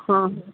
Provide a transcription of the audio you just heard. ಹಾಂ